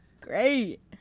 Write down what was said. Great